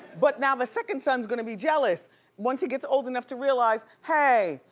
but now, the second son's gonna be jealous once he gets old enough to realize hey,